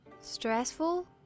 Stressful